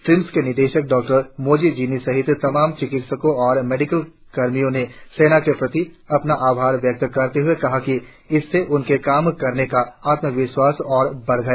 TRIMS के निदेशक डॉ मोजी जिनि सहित तमाम चिकित्सकों और मेडिकल कर्मियों ने सेना के प्रति अपना आभार व्यक्त करते हए कहा कि इससे उनके काम करने का आत्मविश्वास और बढ़ गया